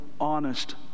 honest